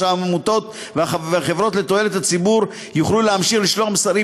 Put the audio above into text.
כך שהעמותות והחברות לתועלת הציבור יוכלו להמשיך לשלוח מסרים